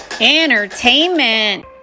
Entertainment